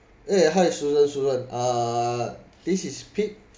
eh hi susan susan uh this is pete